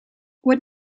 what